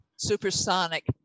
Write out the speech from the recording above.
supersonic